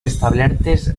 establertes